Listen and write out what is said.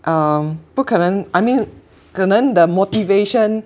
um 不可能 I mean 可能 the motivation